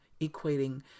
equating